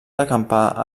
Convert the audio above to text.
acampar